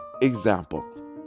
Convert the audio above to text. example